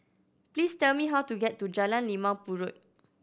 please tell me how to get to Jalan Limau Purut